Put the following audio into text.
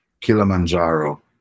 Kilimanjaro